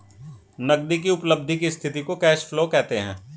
नगदी की उपलब्धि की स्थिति को कैश फ्लो कहते हैं